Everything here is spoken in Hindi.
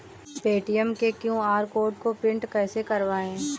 पेटीएम के क्यू.आर कोड को प्रिंट कैसे करवाएँ?